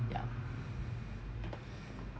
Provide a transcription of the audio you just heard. ya